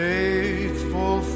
Faithful